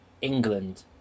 England